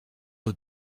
aux